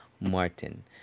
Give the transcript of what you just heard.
Martin